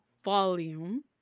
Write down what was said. volume